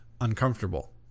uncomfortable